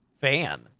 fan